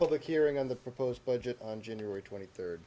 public hearing on the proposed budget on january twenty third